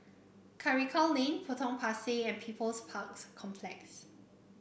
Karikal Lane Potong Pasir and People's Park Complex